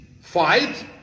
fight